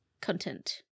content